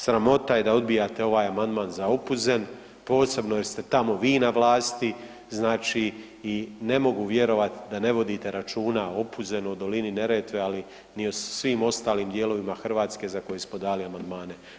Sramota je da odbijate ovaj amandman za Opuzen, posebno jer ste tamo vi na vlasti, znači i ne mogu vjerovat da ne vodite računa o Opuzenu, o dolini Neretve, ali ni o svim ostalim dijelovima Hrvatske za koje smo dali amandmane.